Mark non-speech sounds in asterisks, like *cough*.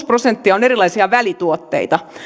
*unintelligible* prosenttia on erilaisia välituotteita